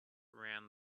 ran